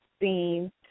seen